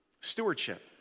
Stewardship